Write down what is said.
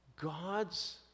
God's